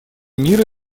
мира